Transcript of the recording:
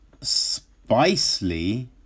Spicely